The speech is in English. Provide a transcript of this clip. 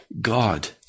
God